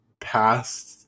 past